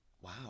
Wow